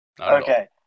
Okay